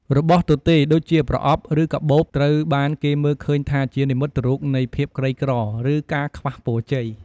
របរទទេដូចជាប្រអប់ ឬកាបូបត្រូវបានគេមើលឃើញថាជានិមិត្តរូបនៃភាពក្រីក្រ ឬការខ្វះពរជ័យ។